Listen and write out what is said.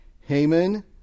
Haman